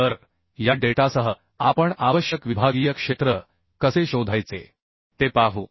तर या डेटासह आपण आवश्यक विभागीय क्षेत्र कसे शोधायचे ते पाहू